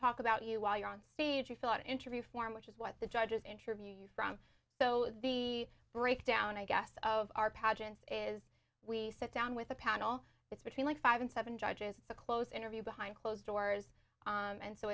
talk about you while you're on stage you thought interview form which is what the judges interview you from so the breakdown i guess of our pageants is we sit down with a panel it's between like five and seven judges to close interview behind closed doors and so